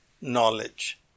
knowledge